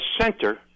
center